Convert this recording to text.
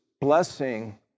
blessing